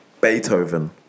Beethoven